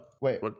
wait